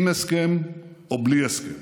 עם הסכם או בלי הסכם.